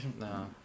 No